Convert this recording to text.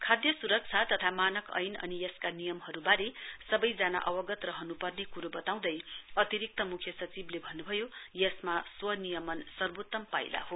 खाद्य सुरक्षा तथा मानक ऐन अनि यसका नियमहरूवारे सबैजना अवगत रहनुपर्ने कुरो बताउँदै अतिरिक्त मुख्य सचिवले भन्नुभयो यसमा स्वनियमन सर्वोत्तम पाइला हो